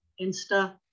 insta